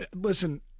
listen